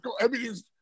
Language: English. everything's